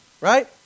right